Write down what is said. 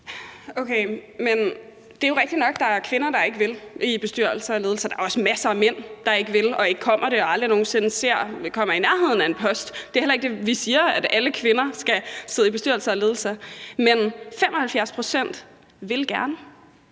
det er jo rigtigt nok, at der er kvinder, der ikke vil i bestyrelser og ledelser, og der er også masser af mænd, der ikke vil og ikke kommer til det og aldrig nogen sinde kommer i nærheden af en post. Det er heller ikke det, vi siger, altså at alle kvinder skal sidde i bestyrelser og ledelser, men 75 pct. vil gerne.